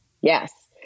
Yes